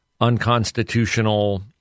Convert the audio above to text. unconstitutional